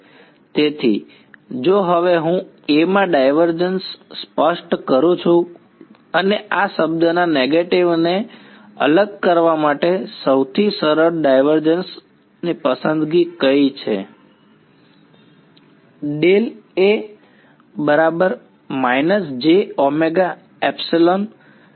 તેથી જો હવે હું A માં ડાયવર્ઝન્સ સ્પષ્ટ કરું છું અને આ શબ્દના નેગેટીવને અલગ કરવા માટે સૌથી સરળ ડાયવર્ઝન્સ પસંદગી કઈ છે તો ઠીક છે